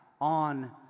on